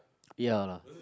ya lah